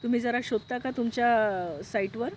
तुम्ही जरा शोधता का तुमच्या साईटवर